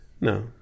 No